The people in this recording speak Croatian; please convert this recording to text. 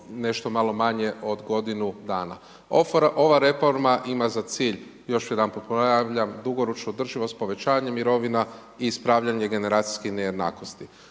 nešto malo manje od godinu dana. Ova reforma ima za cilj još jedanput ponavljam, dugoročnu održivost povećanje mirovina i ispravljanje generacijske nejednakosti.